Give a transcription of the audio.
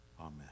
Amen